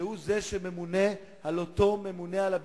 שהוא זה שממונה על אותו ממונה על הביטוח,